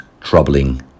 troubling